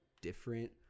different